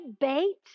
bait